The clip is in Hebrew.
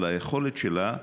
אבל היכולת שלה,